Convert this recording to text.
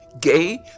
gay